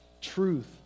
truth